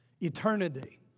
Eternity